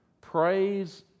Praise